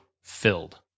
filled